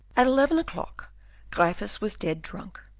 at eleven o'clock gryphus was dead drunk.